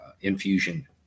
infusion